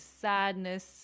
sadness